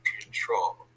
control